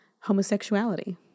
homosexuality